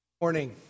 Morning